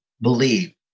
believe